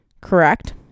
correct